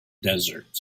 desert